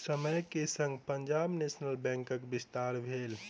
समय के संग पंजाब नेशनल बैंकक विस्तार भेल